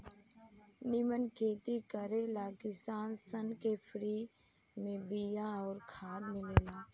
निमन खेती करे ला किसान सन के फ्री में बिया अउर खाद मिलेला